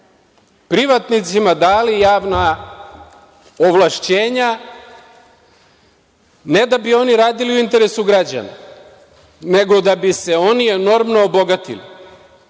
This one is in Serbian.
Privatnicima dali javna ovlašćenja ne da bi oni radili u interesu građana, nego da bi se oni enormno obogatili. Pogledajte